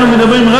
אנחנו מדברים על